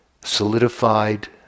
solidified